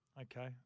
Okay